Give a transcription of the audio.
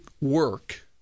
work